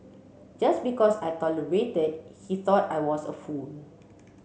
just because I tolerated he thought I was a fool